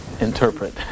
Interpret